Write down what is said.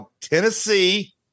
Tennessee